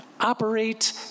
operate